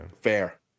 fair